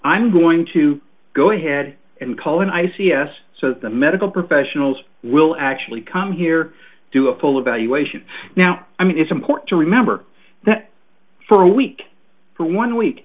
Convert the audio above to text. i'm going to go ahead and call and i c e s so that the medical professionals will actually come here do a full evaluation now i mean it's important to remember that for a week for one week